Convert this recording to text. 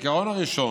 העיקרון הראשון: